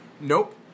nope